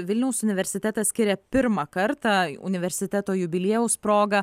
vilniaus universitetas skiria pirmą kartą universiteto jubiliejaus proga